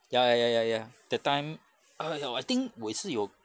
ya ya ya ya ya that time !aiyoyo! I think 我也是有